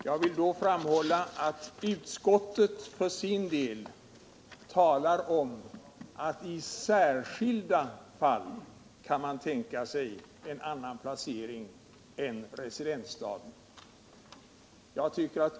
Jag vill också framhålla att utskottet för sin del talar om att man endast i ”särskilda fall” kan tänka sig en annan placering än i residensstaden.